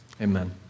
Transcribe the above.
Amen